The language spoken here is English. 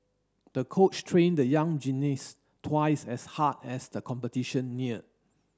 the coach trained the young gymnast twice as hard as the competition near